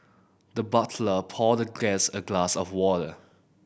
the butler poured the guest a glass of water